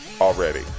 Already